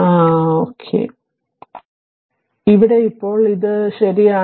അതിനാൽ ഇവിടെ ഇപ്പോൾ ഇത് ശരിയാണ്